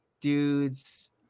Dudes